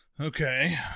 Okay